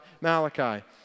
Malachi